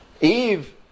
Eve